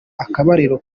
akabariro